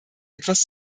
etwas